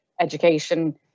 education